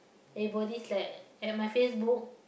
everybody is like at my Facebook